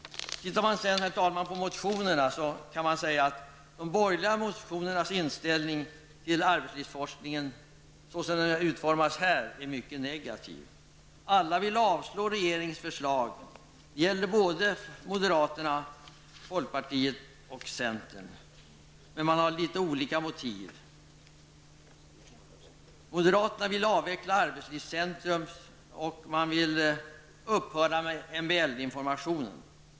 Tittar man sedan på motionerna, kan man konstatera att de borgerligas inställning till arbetslivsforskningen, så som den utformas i motionerna, är mycket negativ. Alla -- såväl moderaterna som folkpartiet och centern -- vill avslå regeringens förslag, men partierna har litet olika motiv. Moderaterna vill avveckla arbetslivscentrum och upphöra med MBL-informationen.